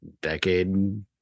decade